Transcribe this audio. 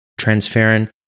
Transferrin